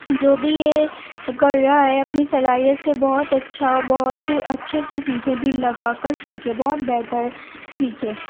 جو بھی یہ کر رہا ہے اپنی صلاحیت سے بہت اچھا بہت اچھے سے سیکھیں دل لگا کر سیکھے بہت بہتر سیکھے